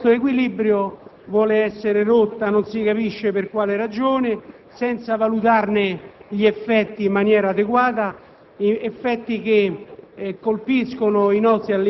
all'equilibrio raggiunto con l'emendamento proposto dalla Commissione, che rappresentava una sintesi rispetto a diverse esigenze.